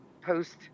post